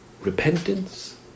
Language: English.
repentance